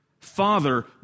Father